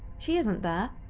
she isn't there.